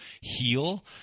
heal